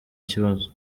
kibazo